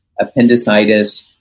appendicitis